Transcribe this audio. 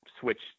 switched